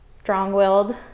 strong-willed